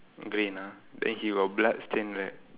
green ah then he got blood stain right